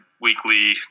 weekly